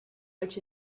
which